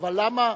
אבל למה,